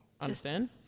understand